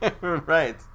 Right